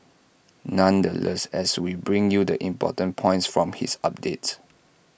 nonetheless as we bring you the important points from his updates